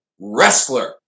wrestler